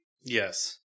Yes